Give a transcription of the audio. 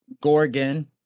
gorgon